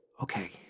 Okay